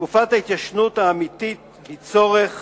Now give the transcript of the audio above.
הארכת תקופת ההתיישנות היא צורך